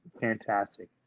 Fantastic